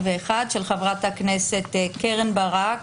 של חברת הכנסת קרן ברק,